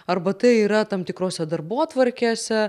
arba tai yra tam tikrose darbotvarkėse